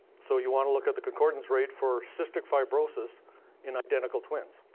so you wanna look at the concordance rate for cystic fibrosis in identical twins.